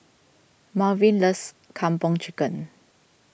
Malvin loves Kung Po Chicken